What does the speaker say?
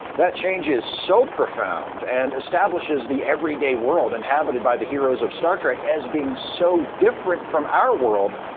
that change is so profound, and establishes the everyday world inhabited by the heroes of star trek as being so different from our world,